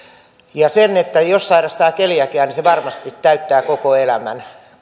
jos sairastaa keliakiaa se varmasti täyttää koko elämän